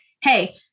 hey